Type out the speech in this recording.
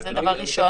זה דבר ראשון.